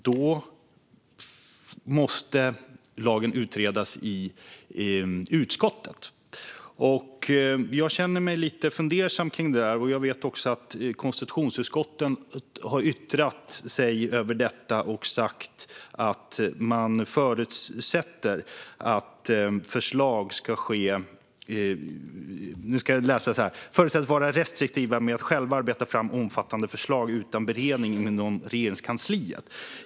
Då måste förslaget utredas i utskottet. Jag känner mig lite fundersam över det. Jag vet också att konstitutionsutskottet har yttrat sig över detta och sagt att utskotten förutsätts vara restriktiva med att själva arbeta fram omfattande förslag utan beredning inom Regeringskansliet.